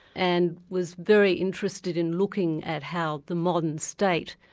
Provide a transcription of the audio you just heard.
and was very interested in looking at how the modern state,